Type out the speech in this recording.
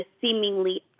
seemingly